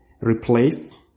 Replace